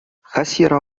خسر